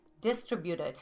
distributed